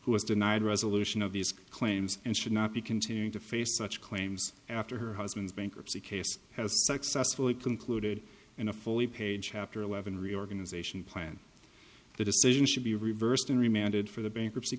who was denied resolution of these claims and should not be continuing to face such claims after her husband's bankruptcy case has successfully concluded in a fully paid chapter eleven reorganization plan the decision should be reversed and remanded for the bankruptcy